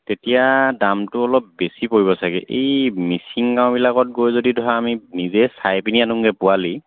তেতিয়া দামটো অলপ বেছি পৰিব চাগে এই মিচিং গাঁওবিলাকত গৈ যদি ধৰা আমি নিজে চাই পিনি আনোগৈ পোৱালি